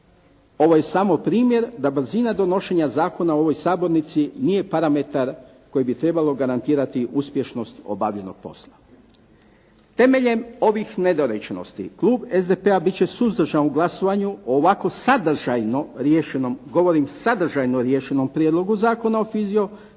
Ovo je samo primjer da brzina donošenja zakona u ovoj sabornici nije parametar koji bi trebalo garantirati uspješnost obavljenog posla. Temeljem ovih nedorečenosti, klub SDP-a biti će suzdržan u glasovanju ovako sadržano riješenom prijedlogu zakona,